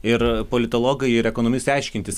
ir politologai ir ekonomistai aiškintis